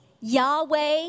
Yahweh